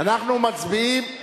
אנחנו מצביעים.